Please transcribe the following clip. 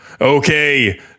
Okay